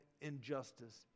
injustice